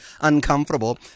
uncomfortable